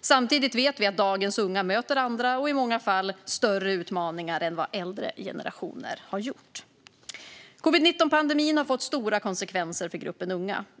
Samtidigt vet vi att dagens unga möter andra, och i många fall större, utmaningar än vad äldre generationer har gjort. Covid-19-pandemin har fått stora konsekvenser för gruppen unga.